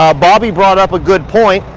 um bobby brought up a good point.